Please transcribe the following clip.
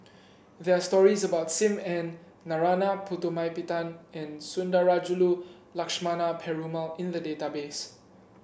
there are stories about Sim Ann Narana Putumaippittan and Sundarajulu Lakshmana Perumal in the database